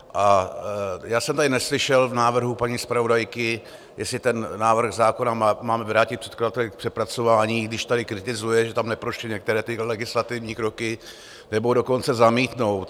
A já jsem tady neslyšel v návrhu paní zpravodajky, jestli ten návrh zákona máme vrátit předkladateli k přepracování, když tady kritizuje, že tam neprošly některé ty legislativní kroky, nebo dokonce zamítnout.